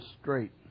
straight